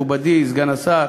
מכובדי סגן השר,